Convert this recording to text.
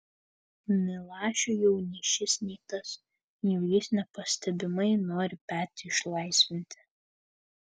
milašiui jau nei šis nei tas jau jis nepastebimai nori petį išlaisvinti